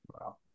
Wow